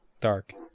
Dark